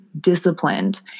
disciplined